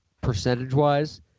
percentage-wise